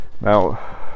now